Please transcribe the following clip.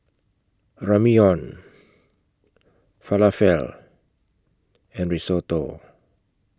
Ramyeon Falafel and Risotto